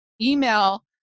email